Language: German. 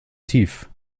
tief